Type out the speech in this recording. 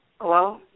Hello